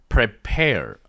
Prepare